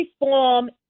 reform